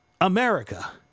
America